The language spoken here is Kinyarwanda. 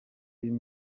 uyu